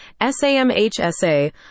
SAMHSA